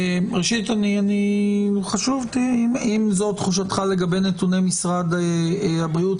אם זאת תחושתך לגבי נתוני משרד הבריאות,